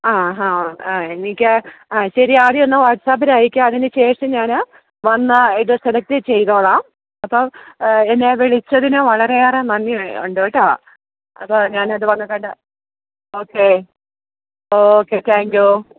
ആഹാ ആ എനിക്ക് ആ ശരി ആദ്യമൊന്ന് വാട്സപ്പിലയയ്ക്കൂ അതിനുശേഷം ഞാന് വന്ന് ഇത് സെലെക്റ്റ് ചെയ്തുകൊള്ളാം അപ്പോള് എന്നെ വിളിച്ചതിന് വളരെയേറെ നന്ദിയുണ്ട് കേട്ടോ അപ്പോള് ഞാന് അത് വന്ന് കണ്ട് ഓക്കെ ഓക്കെ താങ്ക് യൂ